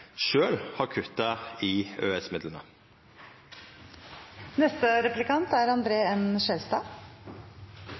har kutta i EØS-midlane. Pollestad er